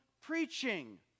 preaching